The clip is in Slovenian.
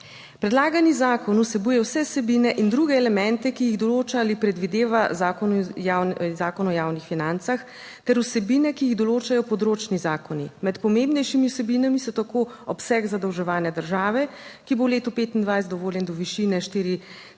Predlagani zakon vsebuje vse vsebine in druge elemente, ki jih določa ali predvideva zakon, Zakon o javnih financah, ter vsebine, ki jih določajo področni zakoni. Med pomembnejšimi vsebinami so tako obseg zadolževanja države, ki bo v letu 2025 dovoljen do višine 4,57